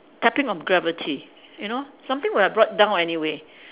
tapping on gravity you know something would have brought down anyway